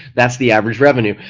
that's the average revenue.